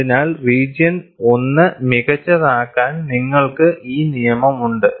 അതിനാൽ റീജിയൺ 1 മികച്ചതാക്കാൻ നിങ്ങൾക്ക് ഈ നിയമം ഉണ്ട്